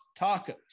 tacos